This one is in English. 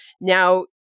now